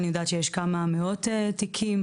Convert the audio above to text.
אני יודעת שיש כמה מאות תיקים,